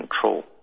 control